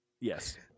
Yes